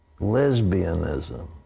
lesbianism